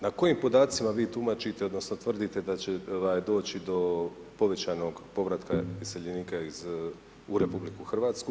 Na kojim podacima vi tumačite, odnosno tvrdite da će doći do povećanog povratka iseljenika u RH?